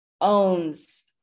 owns